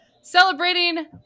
celebrating